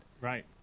Right